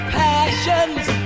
passions